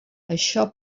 això